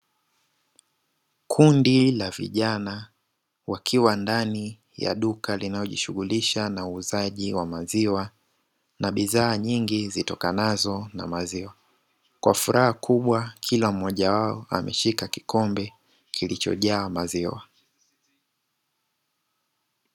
Kundi la vijana wakiwa ndani ya duka linalo jishughulisha na uuzaji wa maziwa na bidhaa nyingi zitokanazo na maziwa, kwa furaha kubwa kila mmoja wao ameshika kikombe kilichojaa maziwa.